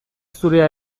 zurea